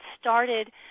started